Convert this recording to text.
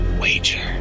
wager